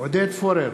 עודד פורר,